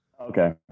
Okay